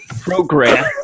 program